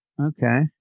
Okay